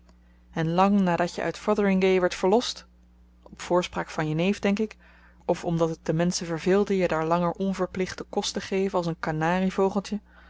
en lang nadat je uit fotheringhay werd verlost op voorspraak van je neef denk ik of omdat het de menschen verveelde je daar langer onverplicht den kost te geven als een